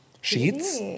Sheets